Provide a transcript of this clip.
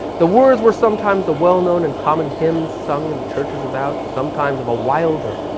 the words were sometimes the well known and common hymns sung in the churches about, sometimes of a wilder,